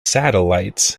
satellites